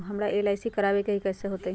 हमरा एल.आई.सी करवावे के हई कैसे होतई?